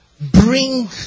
bring